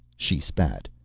she spat.